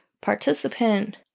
participant